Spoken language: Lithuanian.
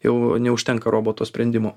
jau neužtenka roboto sprendimo